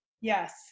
Yes